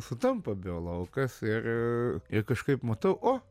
sutampa biolaukas ir ir kažkaip matau o